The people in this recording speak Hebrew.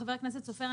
חבר הכנסת סופר,